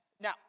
Now